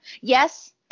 yes